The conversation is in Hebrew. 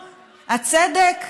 הצדק,